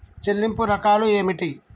చెల్లింపు రకాలు ఏమిటి?